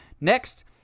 Next